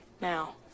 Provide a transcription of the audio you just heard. now